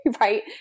Right